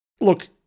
Look